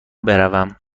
بروم